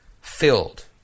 Filled